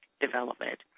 development